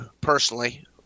personally